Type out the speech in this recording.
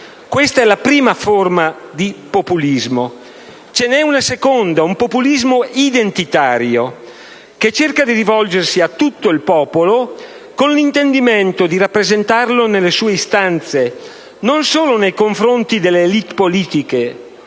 Questa è la prima forma di populismo. Ve ne poi è una seconda, un populismo identitario che cerca di rivolgersi a tutto il popolo con l'intendimento di rappresentarlo nelle sue istanze, non solo nei confronti delle *élite* politiche,